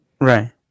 right